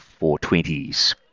420s